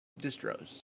distros